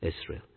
Israel